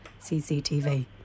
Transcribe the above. CCTV